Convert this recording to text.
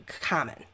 common